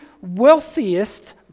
wealthiest